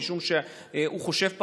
משום שהוא חושב פעמיים,